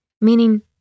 meaning